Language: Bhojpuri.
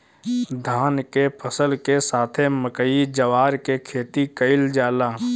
धान के फसल के साथे मकई, जवार के खेती कईल जाला